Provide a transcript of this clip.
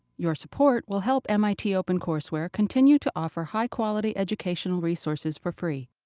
your support will help mit opencourseware continue to offer high-quality educational resources for free.